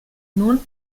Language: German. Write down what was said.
nun